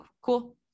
cool